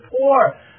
poor